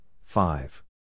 five